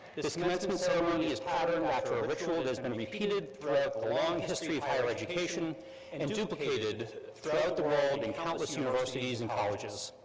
this commencement ceremony is patterned after a ritual that has been repeated throughout the long history of higher education and um duplicated throughout the world in countless universities and colleges.